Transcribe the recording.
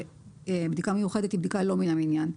בדיקה מיוחדת היא לא מן המניין,